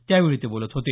त्यावेळी ते बोलत होते